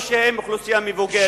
או שהם אוכלוסייה מבוגרת,